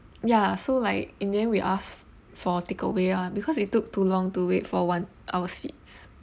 ya so like in the end we asked for takeaway ah because it took too long to wait for one our seats